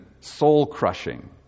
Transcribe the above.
soul-crushing